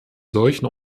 solchen